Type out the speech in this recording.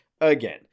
again